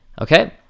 Okay